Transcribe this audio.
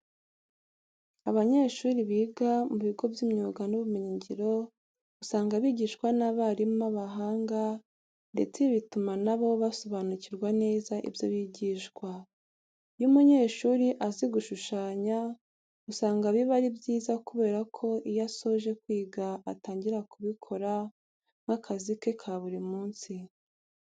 Abanyeshuri biga mu bigo by'imyuga n'ubumenyingiro usanga bigishwa n'abarimu b'abahanga ndetse ibi bituma na bo basobanukirwa neza ibyo bigishwa. Iyo umunyeshuri azi gushushanya, usanga biba ari byiza kubera ko iyo asoje kwiga atangira kubikora nk'akazi ke ka buri munsi.